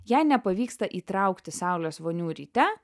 jei nepavyksta įtraukti saulės vonių ryte